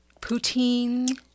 poutine